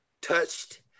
touched